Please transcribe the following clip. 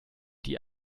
die